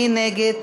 מי נגד?